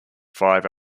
five